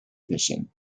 fishing